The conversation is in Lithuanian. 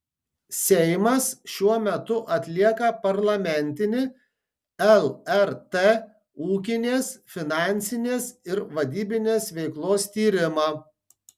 seimas šiuo metu atlieka parlamentinį lrt ūkinės finansinės ir vadybinės veiklos tyrimą